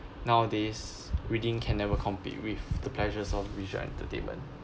nowadays reading can never compete with the pleasures of visual entertainment